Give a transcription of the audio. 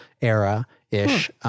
era-ish